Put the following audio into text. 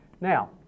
now